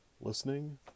listening